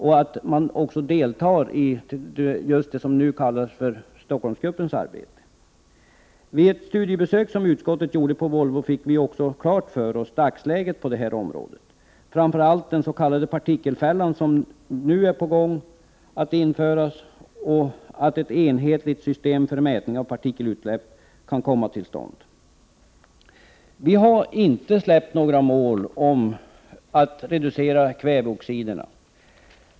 Vi måste också delta i arbetet inom det som nu kallas för Stockholmsgruppen. Vid ett studiebesök som utskottet gjorde på Volvo fick vi också dagsläget på detta område klart för oss. Vi fick framför allt veta att den s.k. partikelfällan nu är på väg att införas och att ett enhetligt system för mätning av partikelutsläpp kan komma till stånd. Vi har inte släppt målet att reducera kväveoxiderna.